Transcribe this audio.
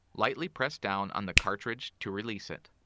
lightly press down on the cartridge to release it.